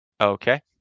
Okay